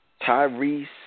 Tyrese